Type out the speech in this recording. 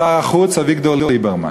שר החוץ אביגדור ליברמן,